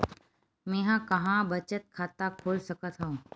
मेंहा कहां बचत खाता खोल सकथव?